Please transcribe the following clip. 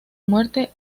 muerte